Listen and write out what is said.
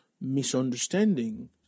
misunderstanding